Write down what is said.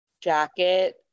jacket